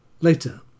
Later